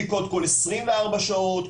בדיקות כל 24 שעות,